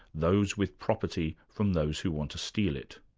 those with property from those who want to steal it.